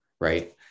right